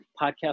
podcast